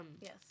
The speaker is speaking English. Yes